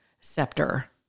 scepter